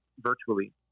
virtually